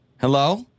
Hello